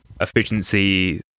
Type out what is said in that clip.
efficiency